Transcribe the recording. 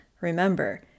Remember